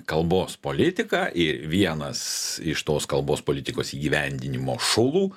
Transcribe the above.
kalbos politiką ir vienas iš tos kalbos politikos įgyvendinimo šulų